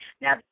Now